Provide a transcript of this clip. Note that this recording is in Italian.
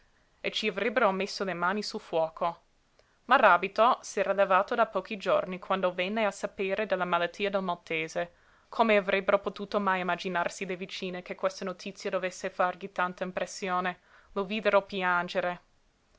e ci avrebbero messo le mani sul fuoco maràbito s'era levato da pochi giorni quando venne a sapere della malattia del maltese come avrebbero potuto mai immaginarsi le vicine che questa notizia dovesse fargli tanta impressione lo videro piangere